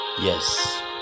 yes